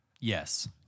Yes